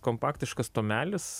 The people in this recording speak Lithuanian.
kompaktiškas tomelis